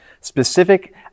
specific